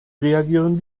reagieren